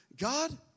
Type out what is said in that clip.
God